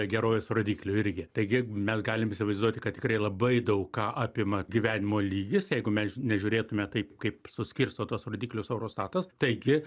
gerovės rodiklių irgi taigi mes galim įsivaizduot kad tikrai labai daug ką apima gyvenimo lygis jeigu mes nežiūrėtume taip kaip suskirsto tuos rodiklius eurostatas taigi